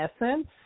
essence